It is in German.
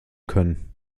können